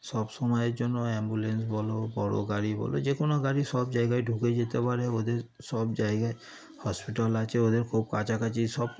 সবসময়ের জন্য অ্যাম্বুলেন্স বলো বড় গাড়ি বলো যে কোনো গাড়ি সব জায়গায় ঢুকে যেতে পারে ওদের সব জায়গায় হসপিটাল আছে ওদের খুব কাছাকাছি সব